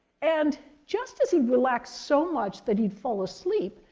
and just as he'd relax so much that he'd fall asleep,